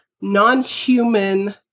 non-human